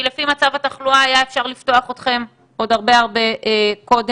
כי לפי מצב התחלואה היה אפשר לפתוח אתכם עוד הרבה הרבה קודם.